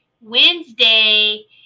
Wednesday